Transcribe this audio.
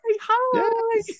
hi